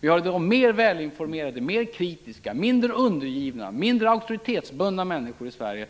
Vi har mer välinformerade, mer kritiska, mindre undergivna och mindre auktoritetsbundna människor i Sverige